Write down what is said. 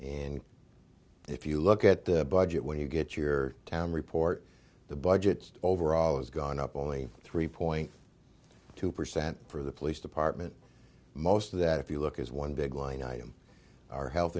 and if you look at the budget when you get your town report the budget overall has gone up only three point two percent for the police department most of that if you look as one big line item our health